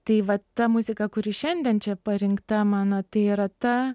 tai va ta muzika kuri šiandien čia parinkta mano tai yra ta